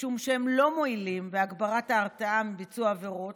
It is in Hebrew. משום שהם לא מועילים בהגברת ההרתעה מביצוע העבירות